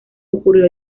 ocurrió